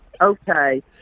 okay